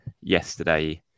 yesterday